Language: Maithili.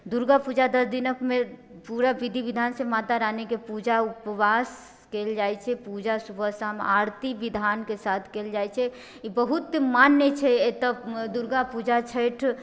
दुर्गापूजा दश दिनकमे पूरा विधि विधान से मातारानीके पूजा उपवास कएल जाइत छै पूजा सुबह शाम आरती विधानके साथ कएल जाइत छै ई बहुत मान्य छै एतऽ दुर्गापूजा छठि